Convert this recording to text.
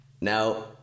Now